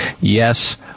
Yes